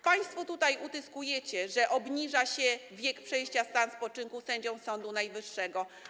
Państwo tutaj utyskujecie, że obniża się wiek przejścia w stan spoczynku sędziom Sądu Najwyższego.